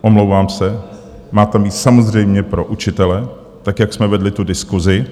Omlouvám se, má tam být samozřejmě pro učitele, tak jak jsme vedli tu diskusi.